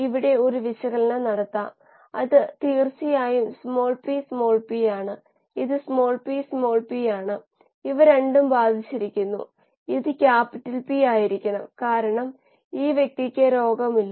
ഇത് ഇലക്ട്രോൺ തലത്തിൽ പ്രവർത്തിക്കുന്നു ഇലക്ട്രോണുകൾ സംരക്ഷിക്കപ്പെടുന്നു അത്കൊണ്ട് ഇത് പ്രവർത്തിക്കും കാര്യങ്ങൾ ചെയ്യാനും കഴിയും